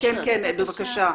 כן, בבקשה.